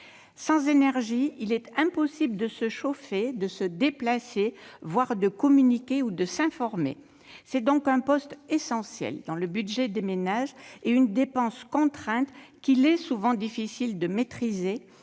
Sans énergie, il est impossible de se chauffer, de se déplacer, voire de communiquer ou de s'informer. C'est donc un poste essentiel dans le budget des ménages et une dépense contrainte qu'il est souvent difficile de maîtriser,